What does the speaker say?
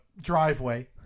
driveway